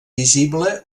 visible